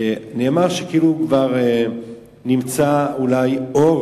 אבל נאמר בשמך שנמצא אור,